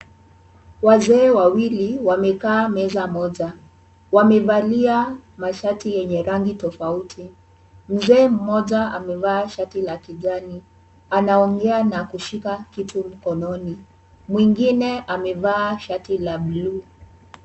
Wazee wawili wamekaa meza moja. Wamevalia mashati yenye rangi tofauti. Mzee mmoja amevaa shati la kijani, anaongea na kushika kitu kononi. Mwingine amevaa shati la buluu.